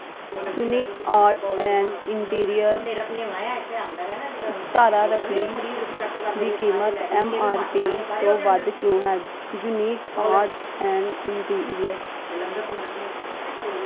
unique arts and interior ਧਾਰਾ ਰੱਖੜੀ ਦੀ ਕੀਮਤ ਐੱਮ ਆਰ ਪੀ ਤੋਂ ਵੱਧ ਕਿਉਂ ਹੈ ਯੂਨੀਕ ਆਰਟਸ ਐਂਡ ਇੰਟੀਰੀਅਰ